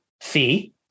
fee